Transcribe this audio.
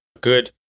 good